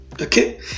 Okay